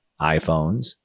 iPhones